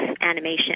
animation